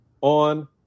on